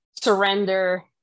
surrender